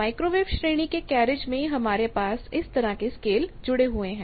microwave श्रेणी के carriage में हमारे पास इस तरह के स्केल जुड़े हुए हैं